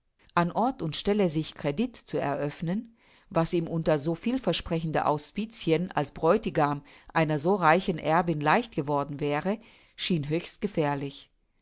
an ort und stelle sich credit zu eröffnen was ihm unter so vielversprechenden auspicien als bräutigam einer so reichen erbin leicht geworden wäre schien höchst gefährlich